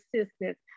assistance